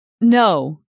No